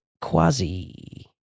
Quasi